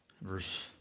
verse